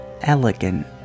elegant